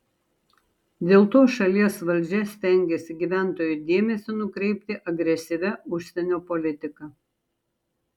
dėl to šalies valdžia stengiasi gyventojų dėmesį nukreipti agresyvia užsienio politika